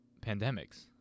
pandemics